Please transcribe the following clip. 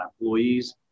employees